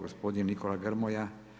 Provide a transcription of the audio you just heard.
Gospodin Nikola Grmoja.